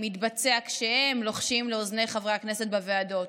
מתבצע כשהם לוחשים לאוזני חברי הכנסת בוועדות,